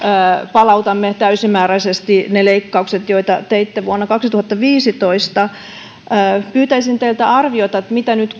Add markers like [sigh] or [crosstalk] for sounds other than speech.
palautamme täysimääräisesti ne leikkaukset joita teitte vuonna kaksituhattaviisitoista pyytäisin teiltä arviota siitä mitä nyt [unintelligible]